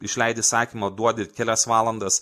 išleidi įsakymą duodi kelias valandas